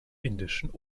indischen